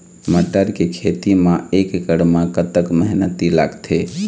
मटर के खेती म एक एकड़ म कतक मेहनती लागथे?